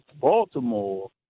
Baltimore